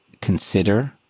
consider